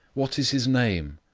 what is his name?